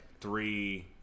three